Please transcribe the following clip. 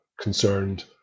concerned